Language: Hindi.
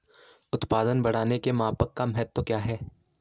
उत्पादन बढ़ाने के मापन का महत्व क्या है?